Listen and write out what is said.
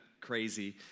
crazy